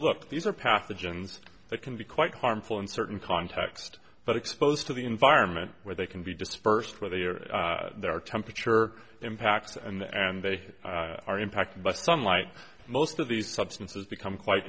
look these are pathogens that can be quite harmful in certain context but exposed to the environment where they can be dispersed where they are their temperature impact and they are impacted by sunlight most of these substances become quite